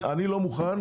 אני לא מוכן,